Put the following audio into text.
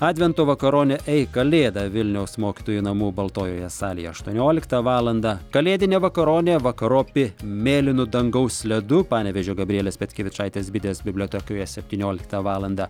advento vakaronė ei kalėda vilniaus mokytojų namų baltojoje salėje aštuonioliktą valandą kalėdinė vakaronė vakaropi mėlynu dangaus ledu panevėžio gabrielės petkevičaitės bitės bibliotekoje septynioliktą valandą